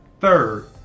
Third